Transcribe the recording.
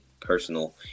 Personal